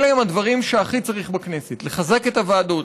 אלה הדברים שהכי צריך בכנסת: לחזק את הוועדות,